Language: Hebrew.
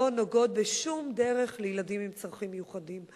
נוגעות בשום דרך לילדים עם צרכים מיוחדים.